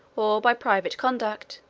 or by private contract,